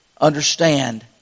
understand